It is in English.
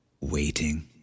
waiting